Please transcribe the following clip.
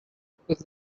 because